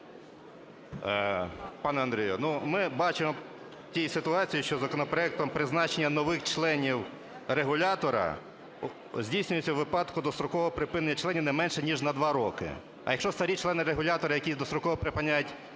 Пане Андрію, ну, ми бачимо в тій ситуації, що законопроектом призначення нових членів регулятора здійснюється у випадку дострокового припинення членів не менше ніж на 2 роки. А якщо старі члени регулятора, які достроково припиняють…